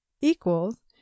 equals